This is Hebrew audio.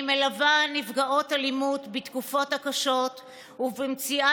אני מלווה נפגעות אלימות בתקופות הקשות ובמציאת